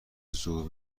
زود